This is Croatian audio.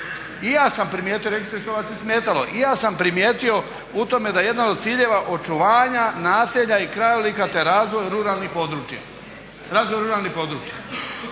I ja sam primijetio, rekli ste što vas je smetalo, i ja sam primijetio u tome da je jedan od ciljeva očuvanja naselja i krajolika te razvoj ruralnih područja. I što imamo?